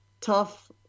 tough